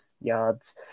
YARDS